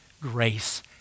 grace